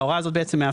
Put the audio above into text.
ההוראה הזו מאפשרת,